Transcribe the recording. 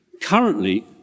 currently